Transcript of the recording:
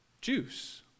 Juice